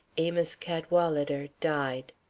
amos cadwalader died.